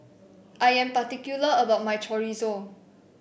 I am particular about my chorizo